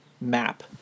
map